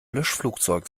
löschflugzeug